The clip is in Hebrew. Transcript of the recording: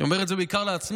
אני אומר את זה בעיקר לעצמי,